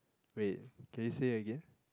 wait can you say that again